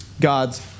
God's